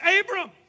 Abram